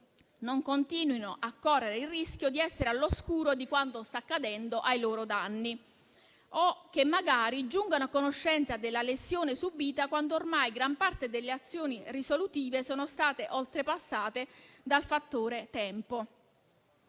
continuino a correre il rischio di essere all'oscuro di quanto sta accadendo ai loro danni o che magari giungano a conoscenza della lesione subita quando ormai gran parte delle azioni risolutive sono state oltrepassate dal fattore tempo.